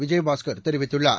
விஜயபாஸ்கர் தெரிவித்துள்ளார்